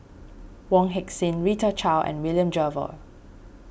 Wong Heck Sing Rita Chao and William Jervois